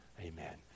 amen